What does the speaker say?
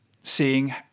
seeing